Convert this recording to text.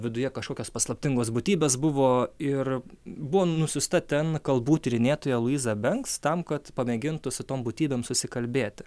viduje kažkokios paslaptingos būtybės buvo ir buvo nusiųsta ten kalbų tyrinėtoja luiza benks tam kad pamėgintų su tom būtybėm susikalbėti